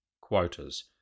quotas